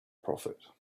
prophet